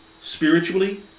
spiritually